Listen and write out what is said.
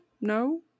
No